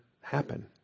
happen